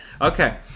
Okay